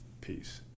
Peace